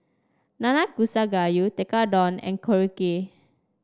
Nanakusa Gayu Tekkadon and Korokke